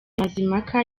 mazimpaka